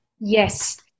Yes